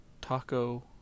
taco